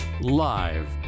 live